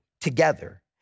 together